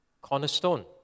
cornerstone